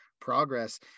progress